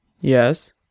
Yes